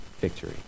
victory